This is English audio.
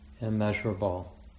immeasurable